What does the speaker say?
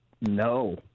no